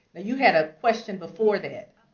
you had a question before that.